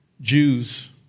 Jews